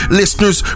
listeners